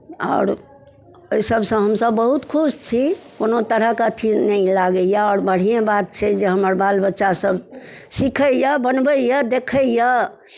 आओर एहिसभसँ हमसभ बहुत खुश छी कोनो तरहक अथी नहि लागैए आओर बढ़िएँ बात छै जे हमर बाल बच्चासभ सीखैए बनबैए देखैए